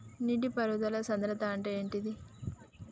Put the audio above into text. నీటి పారుదల సంద్రతా అంటే ఏంటిది?